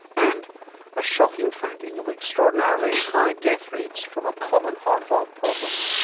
and a shocking finding of extraordinarily high death rates from a common heart valve problem.